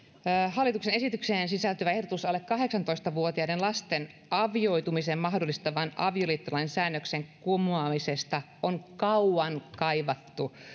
hallituksen esitykseen sisältyvä ehdotus alle kahdeksantoista vuotiaiden lasten avioitumisen mahdollistavan avioliittolain säännöksen kumoamisesta on kauan kaivattu